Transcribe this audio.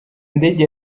ndege